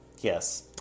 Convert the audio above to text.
yes